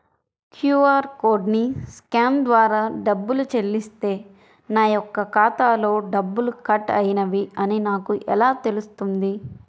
QR కోడ్ని scan ద్వారా డబ్బులు చెల్లిస్తే నా యొక్క ఖాతాలో డబ్బులు కట్ అయినవి అని నాకు ఎలా తెలుస్తుంది?